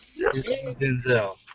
Denzel